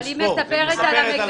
אבל היא מספרת על המגמה.